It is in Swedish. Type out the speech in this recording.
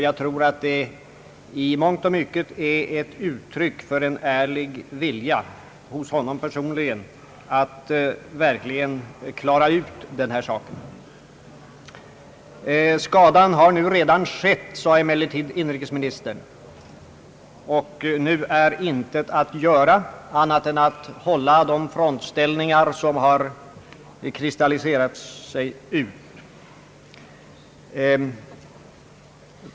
Jag tror att det i mångt och mycket är uttryck för en ärlig vilja hos honom personligen att verkligen ha kunnat klara ut den här saken. Skadan har ju redan skett, sade emellertid inrikesministern, och nu är inte annat att göra än att hålla de frontställningar som har intagits.